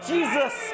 Jesus